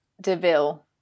Deville